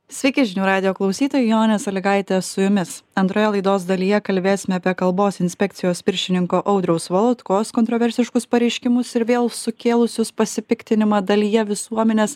sveiki žinių radijo klausytojai jonė sąlygaitė su jumis antroje laidos dalyje kalbėsime apie kalbos inspekcijos viršininko audriaus valotkos kontroversiškus pareiškimus ir vėl sukėlusius pasipiktinimą dalyje visuomenės